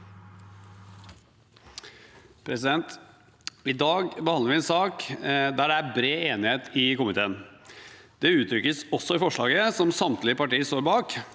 I dag behandler vi en sak der det er bred enighet i komiteen. Det uttrykkes også i forslaget til vedtak, som samtlige partier står bak,